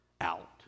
out